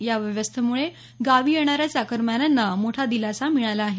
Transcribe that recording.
या व्यवस्थेमुळे गावी येणाऱ्या चाकरमान्याना मोठा दिलासा मिळाला आहे